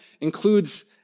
includes